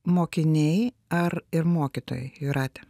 mokiniai ar ir mokytojai jūrate